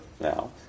now